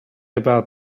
about